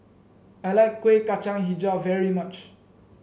I like Kuih Kacang hijau very much